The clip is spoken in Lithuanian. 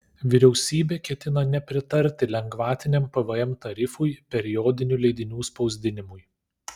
vyriausybė ketina nepritarti lengvatiniam pvm tarifui periodinių leidinių spausdinimui